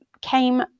came